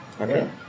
okay